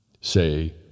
say